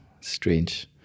Strange